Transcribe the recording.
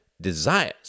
desires